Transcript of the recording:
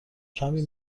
کمی